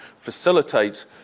facilitate